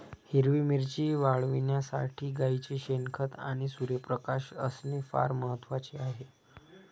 हिरवी मिरची वाढविण्यासाठी गाईचे शेण, खत आणि सूर्यप्रकाश असणे फार महत्वाचे आहे